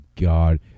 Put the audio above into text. god